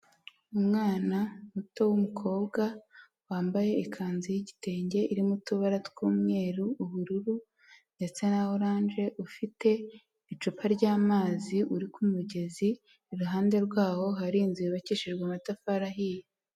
Umwana muto w'umukobwa wambaye ikanzu y'igitenge iririmo tubara tw'umweru, ubururu ndetse na oranje ufite icupa ry'amazi uri ku mugezi. Iruhande rwaho hari inzu yubakishijwe amatafari ahiye.